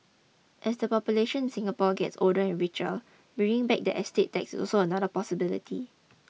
as the population in Singapore gets older and richer bringing back the estate tax is also another possibility